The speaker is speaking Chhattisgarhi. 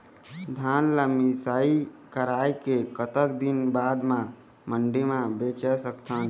धान ला मिसाई कराए के कतक दिन बाद मा मंडी मा बेच सकथन?